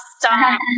Stop